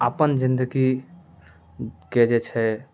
अपन जिन्दगीके जे छै